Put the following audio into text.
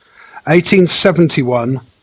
1871